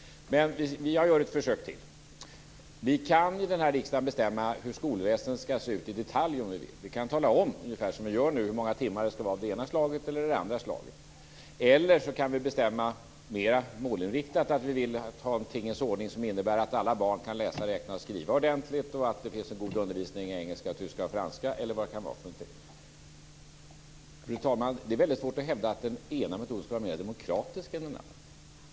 Men jag gör ett försök till. Vi kan i den här riksdagen bestämma hur skolväsendet skall se ut i detalj om vi vill. Vi kan tala om - ungefär som vi gör nu - hur många timmar det skall vara av det ena och det andra slaget. Eller också kan vi bestämma mer målinriktat. Vi kan säga att vi vill ha en tingens ordning som innebär att alla barn kan läsa, räkna och skriva ordentligt och att det finns en god undervisning i engelska, tyska och franska eller vad det kan vara. Det är väldigt svårt, fru talman, att hävda att den ena metoden skulle vara mer demokratisk än den andra.